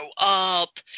up